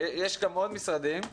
יש גם עוד משרדים,